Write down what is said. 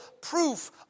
proof